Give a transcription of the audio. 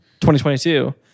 2022